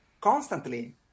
constantly